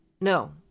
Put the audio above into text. No